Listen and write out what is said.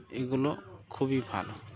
এগুলো খুবই ভালো